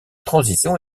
transition